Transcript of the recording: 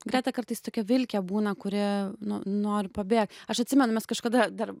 greta kartais tokia vilkė būna kuri nori pabėgt aš atsimenu mes kažkada dar